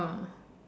oh